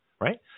right